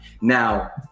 Now